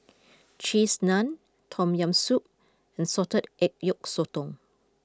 Cheese Naan Tom Yam Soup and Salted Egg Yolk Sotong